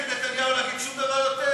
אין לך נגד נתניהו להגיד שום דבר יותר?